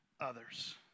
others